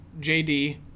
JD